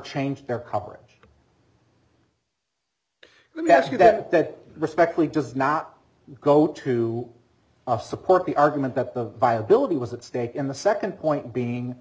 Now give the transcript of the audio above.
changed their coverage let me ask you that that respectfully does not go to of support the argument that the viability was at stake in the second point being